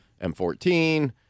M14